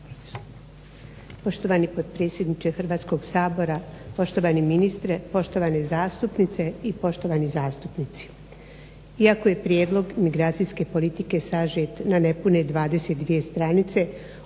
Poštovanje potpredsjedniče Hrvatskog sabora, poštovani ministre, poštovane zastupnice i poštovani zastupnici. Iako je prijedlog migracijske politike sažet na nepune 22 stranice